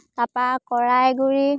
তাৰপৰা কৰাই গুড়ি